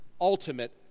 ultimate